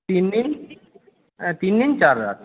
তিন দিন হ্যাঁ তিন দিন চার রাত